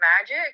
magic